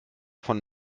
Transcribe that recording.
von